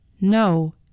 No